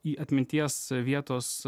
į atminties vietos